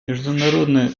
международный